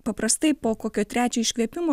paprastai po kokio trečio iškvėpimo